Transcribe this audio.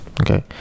okay